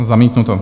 Zamítnuto.